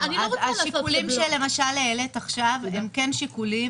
השיקולים שלמשל העלית עכשיו הם כן שיקולים